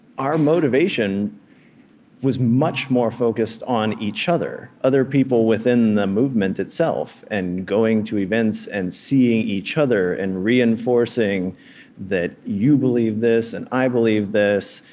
our motivation was much more focused on each other, other people within the movement itself, and going to events and seeing each other and reinforcing that you believe this, and i believe this,